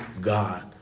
God